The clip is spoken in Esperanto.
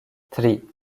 tri